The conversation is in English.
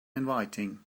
inviting